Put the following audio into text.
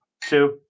two